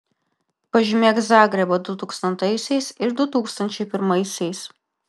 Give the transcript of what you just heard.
pažymėk zagrebą du tūkstantaisiais ir du tūkstančiai pirmaisiais